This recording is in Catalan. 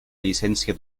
llicència